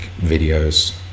videos